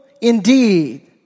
indeed